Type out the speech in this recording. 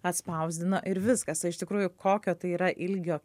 atspausdino ir viskas o iš tikrųjų kokio tai yra ilgio